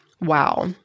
wow